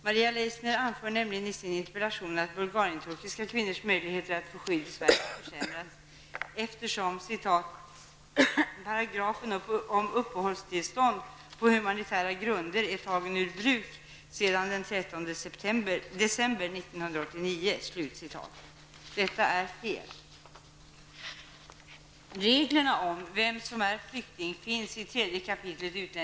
Maria Leissner anför nämligen i sin interpellation att de bulgarienturkiska kvinnornas möjlighet att få skydd i Sverige har försämrats, eftersom 1989''. Detta är fel.